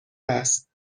است